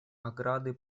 ограды